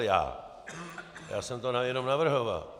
Já jsem to jenom navrhoval.